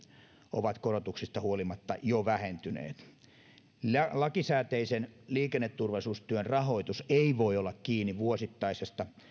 ovat korotuksista huolimatta jo vähentyneet lakisääteisen liikenneturvallisuustyön rahoitus ei voi olla kiinni vuosittaisesta